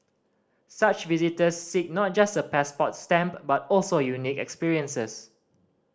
such visitors seek not just a passport stamp but also unique experiences